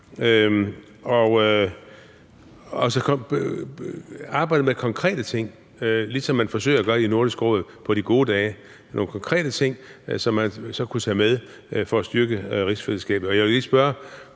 og arbejde med konkrete ting, ligesom man forsøger at gøre i Nordisk Råd på de gode dage – nogle konkrete ting, som man så kunne tage med, for at styrke rigsfællesskabet.